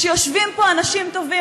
כשיושבים פה אנשים טובים,